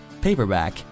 paperback